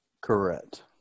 Correct